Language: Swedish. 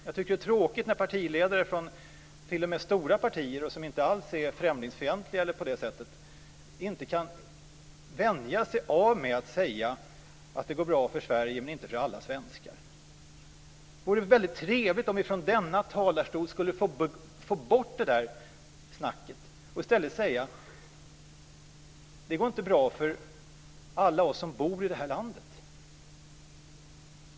Jag tycker att det är tråkigt att ledare t.o.m. för stora partier som inte alls är främlingsfientliga eller något sådant inte kan vänja sig av med att säga att det går bra för Sverige men inte för alla svenskar. Det vore väldigt trevligt om vi kunde få bort det där snacket från den här talarstolen. I stället kunde man säga att det inte går bra för alla dem som bor i vårt land.